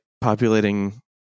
populating